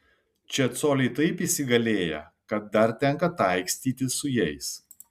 čia coliai taip įsigalėję kad dar tenka taikstytis su jais